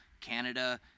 Canada